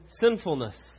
sinfulness